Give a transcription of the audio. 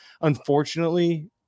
Unfortunately